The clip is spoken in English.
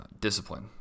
discipline